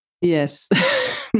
Yes